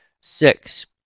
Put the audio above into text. six